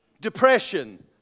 depression